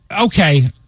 okay